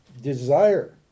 desire